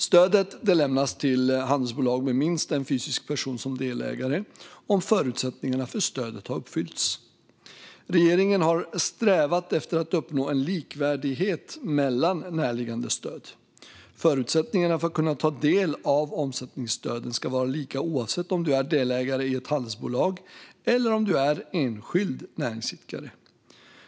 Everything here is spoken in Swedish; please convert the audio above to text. Stödet lämnas till handelsbolag med minst en fysisk person som delägare om förutsättningarna för stöd uppfylls. Regeringen har strävat efter att uppnå en likvärdighet mellan närliggande stöd. Förutsättningarna för att kunna ta del av omsättningsstöden ska vara lika oavsett om du är delägare i ett handelsbolag eller om du är enskild näringsidkare.